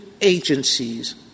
agencies